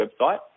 website